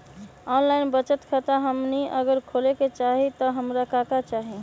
Online बचत खाता हमनी अगर खोले के चाहि त हमरा का का चाहि?